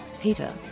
Peter